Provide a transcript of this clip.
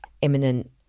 imminent